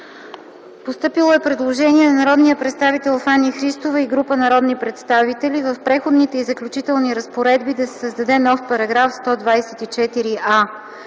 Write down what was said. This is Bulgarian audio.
Постъпило е предложение на народния представител Фани Христова и група народни представители – в „Преходните и заключителни разпоредби” да се създаде нов § 124а.